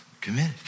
committed